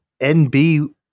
NB